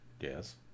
Yes